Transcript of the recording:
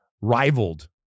rivaled